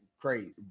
crazy